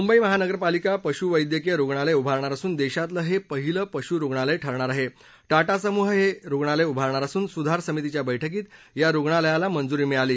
मुंबई महानगर पालिका पशु वैद्यकीय रुग्णालय उभारणार असून देशातलं हे पहिलं पशु रुग्णालय ठरणार आहा ठाटा समूह हे रुग्णालय उभारणार असून सुधार समितीच्या बैठकीत या रुणालयाला मंजुरी मिळाली